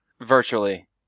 Virtually